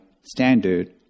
standard